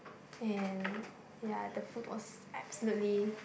and ya the food was absolutely